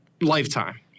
lifetime